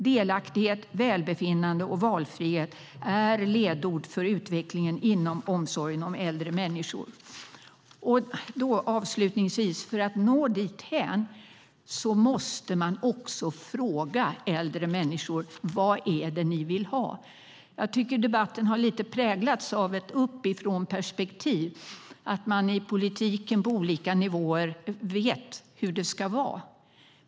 Delaktighet, välbefinnande och valfrihet är ledord för utvecklingen inom omsorgen om äldre människor. Avslutningsvis: För att nå dithän måste man också fråga äldre människor: Vad är det ni vill ha? Jag tycker att debatten lite grann har präglats av ett uppifrånperspektiv, att man i politiken på olika nivåer vet hur det ska vara.